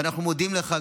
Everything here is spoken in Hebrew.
ואנחנו גם מודים לך,